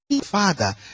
Father